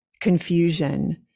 confusion